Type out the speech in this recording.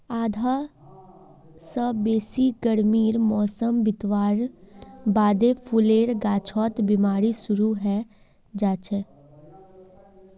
आधा स बेसी गर्मीर मौसम बितवार बादे फूलेर गाछत बिमारी शुरू हैं जाछेक